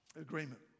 agreement